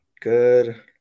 Good